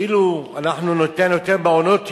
אנחנו כאילו ניתן יותר מעונות-יום,